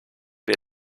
wir